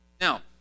Now